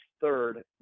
third